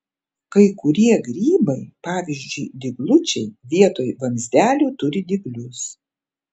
kai kurie grybai pavyzdžiui dyglučiai vietoj vamzdelių turi dyglius